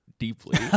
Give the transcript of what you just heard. deeply